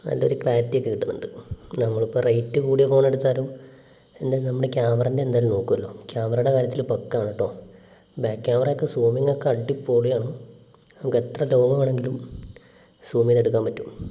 നല്ലൊരു ക്ലാരിറ്റി ഒക്കെ കിട്ടുന്നുണ്ട് പിന്നെ നമ്മളിപ്പോൾ റേറ്റ് കൂടിയ ഫോൺ എടുത്താലും എൻ്റെ നമ്മുടെ ക്യാമറെൻ്റെ എന്തായാലും നോക്കുമല്ലോ ക്യാമറയുടെ കാര്യത്തിൽ പക്ക ആണ് കേട്ടോ ബാക്ക് ക്യാമറ ഒക്കെ സൂമിങ്ങ് ഒക്കെ അടിപൊളിയാണ് നമുക്കെത്ര ലോങ്ങ് വേണമെങ്കിലും സൂം ചെയ്തെടുക്കാൻ പറ്റും